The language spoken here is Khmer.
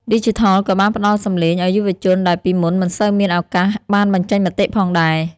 ឌីជីថលក៏បានផ្ដល់សំឡេងឱ្យយុវជនដែលពីមុនមិនសូវមានឱកាសបានបញ្ចេញមតិផងដែរ។